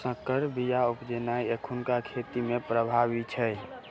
सँकर बीया उपजेनाइ एखुनका खेती मे प्रभावी छै